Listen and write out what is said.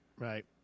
Right